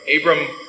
Abram